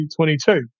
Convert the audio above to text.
2022